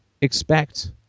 expect